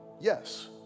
yes